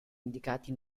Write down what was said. indicati